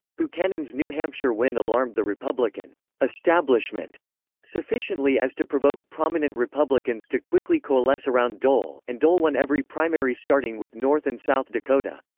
buchanan's new hampshire win alarmed the republican establishment sufficiently as to provoke prominent republicans to quickly coalesce around dole, and dole won every primary starting with north and south dakota.